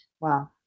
Wow